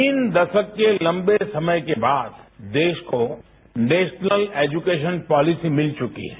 तीन दशक के लंबे समय के बाद देश को नेशनल एजुकेशन पॉलिसी मिल चुकी है